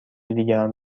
دیگران